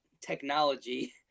technology